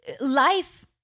life